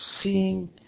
seeing